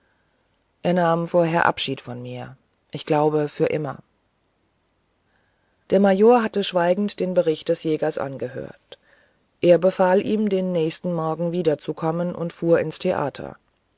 er nahm vorher noch abschied von mir ich glaube für immer der major hatte schweigend den bericht des jägers angehört er befahl ihm den nächsten morgen wieder zu kommen und fuhr ins theater